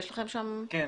כן.